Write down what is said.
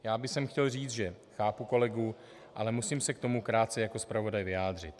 Já bych chtěl říct, že chápu kolegu, ale musím se k tomu krátce jako zpravodaj vyjádřit.